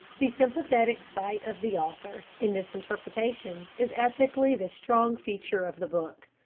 the sympathetic sight of the author, in this interpretation, is ethically the strong feature of the book.